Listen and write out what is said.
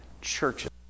churches